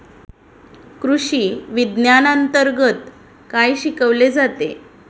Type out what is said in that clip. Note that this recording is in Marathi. कृषीविज्ञानांतर्गत काय शिकवले जाते?